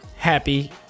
happy